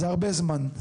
שזה הרבה זמן,